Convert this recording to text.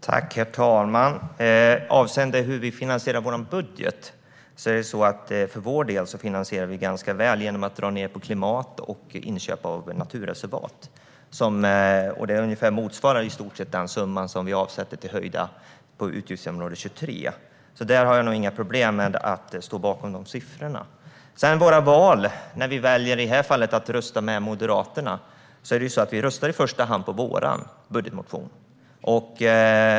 Herr talman! Avseende hur vi finansierar vårt budgetförslag gör vi det ganska väl genom att dra ned på klimat och inköp av naturreservat. Det motsvarar ungefär den summa vi avsätter till höjningar på utgiftsområde 23. Jag har alltså inga problem med att stå bakom siffrorna. När det gäller våra val och att vi i det här fallet valde att rösta med Moderaterna är det så att vi i första hand röstade på vår budgetmotion.